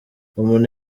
umuntu